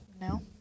No